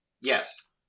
Yes